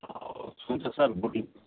हवस् हुन्छ sir good EV